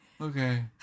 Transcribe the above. Okay